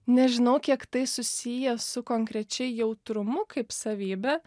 nežinau kiek tai susiję su konkrečiai jautrumu kaip savybe